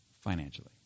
financially